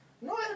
No